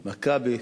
"מכבי".